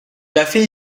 café